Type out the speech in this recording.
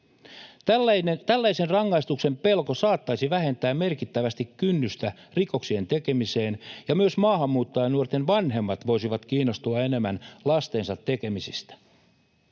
Tällaisen rangaistuksen pelko saattaisi vähentää merkittävästi kynnystä rikoksien tekemiseen, ja myös maahanmuuttajanuorten vanhemmat voisivat kiinnostua enemmän lastensa tekemisistä.